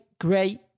great